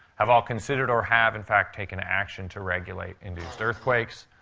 have all considered or have, in fact, taken action to regulate induced earthquakes.